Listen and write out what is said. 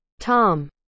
Tom